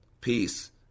Peace